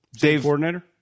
coordinator